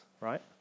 right